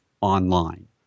online